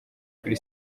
kuri